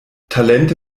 talente